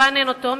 לרענן אותו,